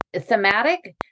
thematic